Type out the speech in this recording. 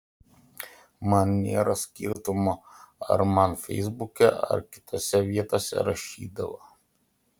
man nėra skirtumo ar man feisbuke ar kitose vietose rašydavo